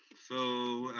so,